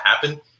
happen